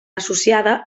associada